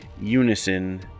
unison